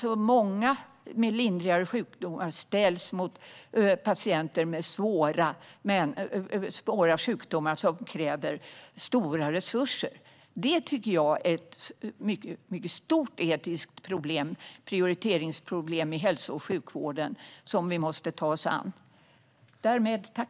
De många med lindriga sjukdomar ställs mot patienter med svåra sjukdomar som kräver stora resurser. Detta tycker jag är ett mycket stort etiskt problem i hälso och sjukvården som vi måste ta oss an.